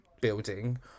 building